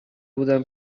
بودم